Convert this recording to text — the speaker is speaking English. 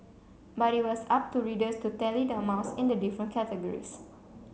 but it was up to readers to tally the amounts in the different categories